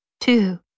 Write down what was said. Two